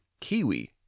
kiwi